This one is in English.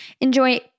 Enjoy